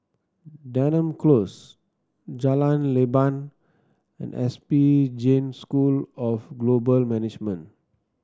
Denham Close Jalan Leban and S B Jain School of Global Management